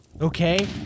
okay